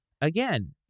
Again